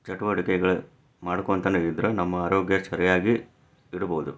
ಚಟುವಟಿಕೆಗಳು ಮಾಡ್ಕೊತಾನೂ ಇದ್ದರೆ ನಮ್ಮ ಆರೋಗ್ಯ ಸರಿಯಾಗಿ ಇಡ್ಬೋದು